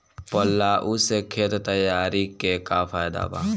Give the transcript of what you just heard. Plough से खेत तैयारी के का फायदा बा?